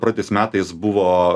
praeitais metais buvo